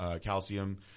calcium